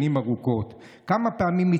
עם החוק הזה